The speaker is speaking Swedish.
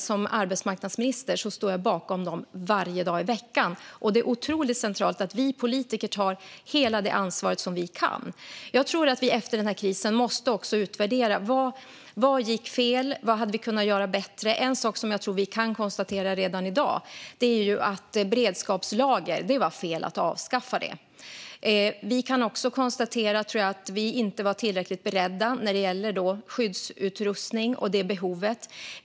Som arbetsmarknadsminister står jag bakom dem varje dag i veckan, och det är otroligt centralt att vi politiker tar hela det ansvar som vi kan ta. Jag tror att vi efter denna kris måste utvärdera vad som gick fel och vad vi hade kunnat göra bättre. En sak som jag tror att vi kan konstatera redan i dag är att det var fel att avskaffa beredskapslagren. Jag tror också att vi kan konstatera att vi inte var tillräckligt beredda när det gäller skyddsutrustning och behovet av sådan.